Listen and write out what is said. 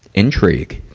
intrigue.